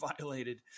violated